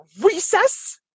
recess